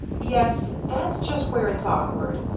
yes, that's just where it's awkward.